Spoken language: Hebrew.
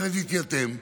ילד התייתם,